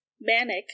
manic